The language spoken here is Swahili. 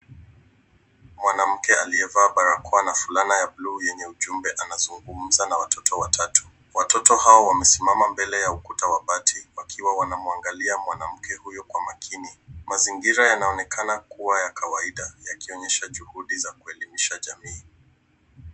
Mwanamke aliyevaa barakoa na fulana ya buluu yenye ujumbe anazungumza na watoto watatu. Watoto hao wamesimama mbele ya ukuta wa bati wakiwa wanamwangalia mwanamke huyo kwa makini. Mazingira yanaonekana kuwa ya kawaida yakionyesha juhudi za kuelimisha jamii.